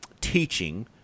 teaching